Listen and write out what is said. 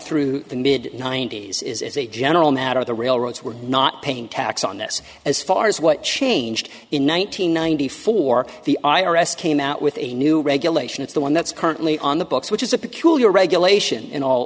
through the mid ninety's is a general matter the railroads were not paying tax on this as far as what changed in one nine hundred ninety four the i r s came out with a new regulation it's the one that's currently on the books which is a peculiar regulation in all